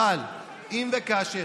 אבל אם וכאשר